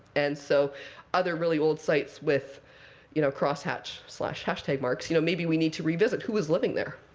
and so other really old sites with you know crosshatch hastag marks you know maybe we need to revisit who was living there,